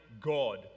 God